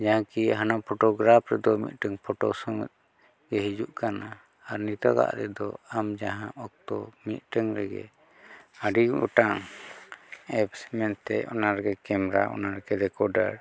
ᱡᱟᱦᱟᱸ ᱠᱤ ᱦᱟᱱᱟ ᱯᱷᱳᱴᱳᱜᱨᱟᱯᱷ ᱨᱮᱫᱚ ᱢᱤᱫᱴᱟᱹᱝ ᱯᱷᱳᱴᱳ ᱥᱚᱸᱜᱮ ᱜᱮ ᱦᱤᱡᱩᱜ ᱠᱟᱱᱟ ᱟᱨ ᱱᱤᱛᱳᱜᱟᱜ ᱨᱮᱫᱚ ᱟᱢ ᱡᱟᱦᱟᱸ ᱚᱠᱛᱚ ᱢᱤᱫᱴᱟᱹᱝ ᱨᱮᱜᱮ ᱟᱹᱰᱤ ᱜᱚᱴᱟᱝ ᱮᱯᱥ ᱢᱮᱱᱛᱮ ᱚᱱᱟ ᱨᱮ ᱠᱮᱢᱨᱟ ᱚᱱᱟ ᱨᱮᱜᱮ ᱨᱮᱠᱚᱰᱟᱨ